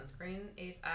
sunscreen